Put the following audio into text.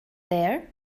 there